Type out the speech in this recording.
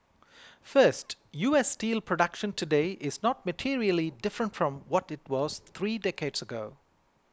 first U S steel production today is not materially different from what it was three decades ago